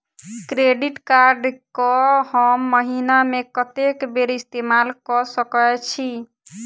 Credit card कऽ हम महीना मे कत्तेक बेर इस्तेमाल कऽ सकय छी?